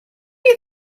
you